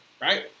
Right